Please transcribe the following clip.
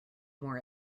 more